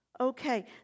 Okay